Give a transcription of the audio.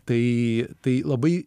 tai tai labai